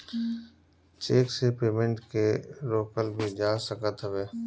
check से payment के रोकल भी जा सकत हवे